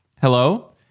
hello